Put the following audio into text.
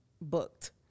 booked